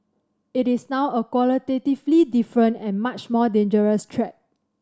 it is now a qualitatively different and much more dangerous threat